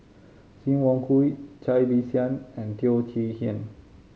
Sim Wong Hoo Cai Bixia and Teo Chee Hean